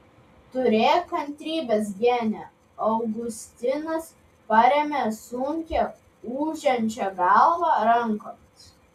turėk kantrybės gene augustinas parėmė sunkią ūžiančią galvą rankomis